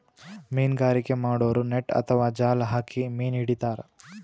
ಮೀನ್ಗಾರಿಕೆ ಮಾಡೋರು ನೆಟ್ಟ್ ಅಥವಾ ಜಾಲ್ ಹಾಕಿ ಮೀನ್ ಹಿಡಿತಾರ್